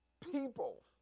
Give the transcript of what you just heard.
people